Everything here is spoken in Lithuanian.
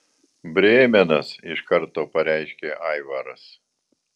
brėmenas iš karto pareiškė aivaras